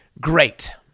Great